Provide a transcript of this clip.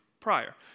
Prior